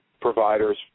providers